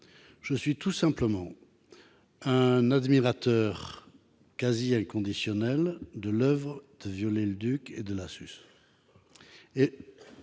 Je suis tout simplement un admirateur quasi inconditionnel de l'oeuvre de Viollet-le-Duc et de Lassus.